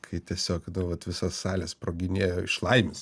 kai tiesiog nu vat visa salė sproginėjo iš laimės